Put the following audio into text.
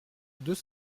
deux